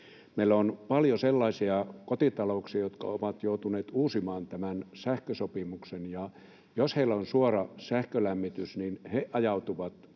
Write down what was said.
Meillä on paljon sellaisia kotitalouksia, jotka ovat joutuneet uusimaan tämän sähkösopimuksen, ja jos heillä on suora sähkölämmitys, niin he ajautuvat